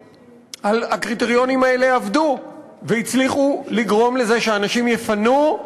הקריטריונים האלה עבדו והצליחו לגרום לזה שאנשים יפנו,